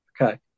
Okay